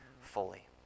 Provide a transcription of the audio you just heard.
fully